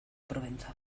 provenza